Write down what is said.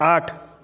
आठ